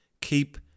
keep